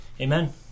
amen